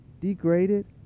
Degraded